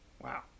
Wow